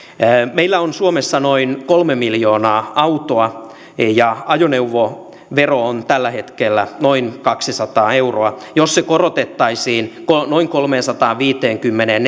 meillä on suomessa noin kolme miljoonaa autoa ja ajoneuvovero on tällä hetkellä noin kaksisataa euroa jos se korotettaisiin noin kolmeensataanviiteenkymmeneen